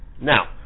Now